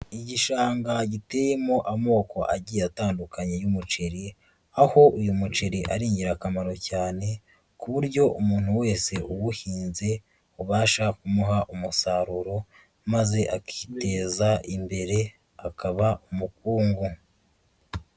Igishanga giteyemo amoko agiye atandukanye y'umuceri, aho uyu muceri ari ingirakamaro cyane ku buryo umuntu wese uwuhinze ubasha kumuha umusaruro, maze akiteza imbere, akaba umukungu.